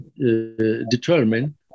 determine